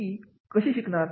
ही कशी शिकणार